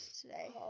today